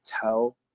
tell